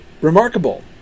remarkable